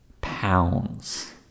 pounds